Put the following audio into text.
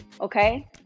okay